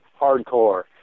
hardcore